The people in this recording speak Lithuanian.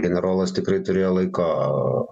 generolas tikrai turėjo laiko